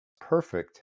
perfect